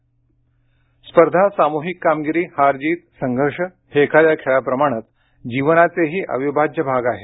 राष्ट्पती स्पर्धा सामूहिक कामगिरी हार जीत संघर्ष हे एखाद्या खेळाप्रमाणेच जीवनाचेही अविभाज्य भाग आहेत